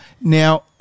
Now